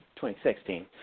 2016